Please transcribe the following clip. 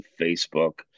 Facebook